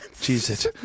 Jesus